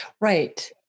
right